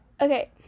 Okay